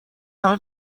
همه